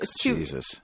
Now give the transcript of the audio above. Jesus